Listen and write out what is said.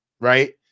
right